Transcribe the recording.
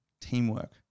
teamwork